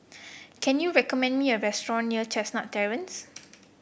can you recommend me a restaurant near Chestnut Terrace